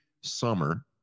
summer